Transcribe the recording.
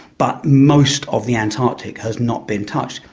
but most of the antarctic has not been touched.